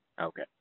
Okay